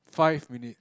five minutes